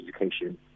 education